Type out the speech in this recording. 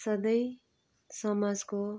सधैँ समाजको